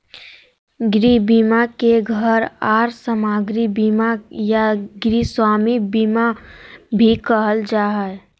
गृह बीमा के घर आर सामाग्री बीमा या गृहस्वामी बीमा भी कहल जा हय